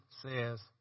says